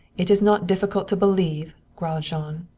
it is not difficult to believe, growled jean.